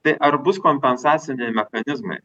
tai ar bus kompensaciniai mechanizmai